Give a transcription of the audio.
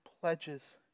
pledges